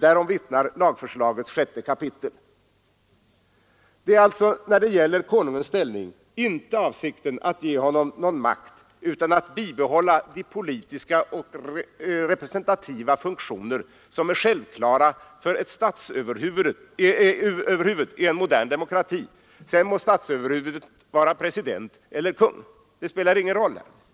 därom vittnar lagförslagets 6 kap. Det är alltså när det gäller konungens ställning inte avsikten att ge honom makt utan att bibehålla de politiska och representativa funktioner som över huvud är självklara i en modern demokrati. Sedan må statsöverhuvudet vara president eller konung, det spelar ingen roll.